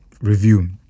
review